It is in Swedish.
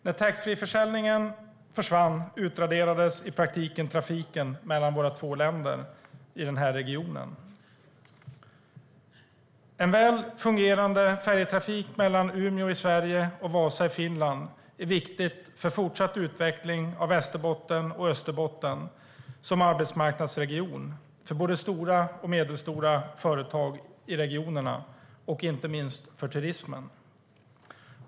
När taxfreeförsäljningen försvann utraderades i praktiken trafiken mellan våra två länder. En väl fungerande färjetrafik mellan Umeå i Sverige och Vasa i Finland är viktig för fortsatt utveckling av Västerbotten och Österbotten som arbetsmarknadsregion, för både stora och medelstora företag i regionerna och inte minst för turismen.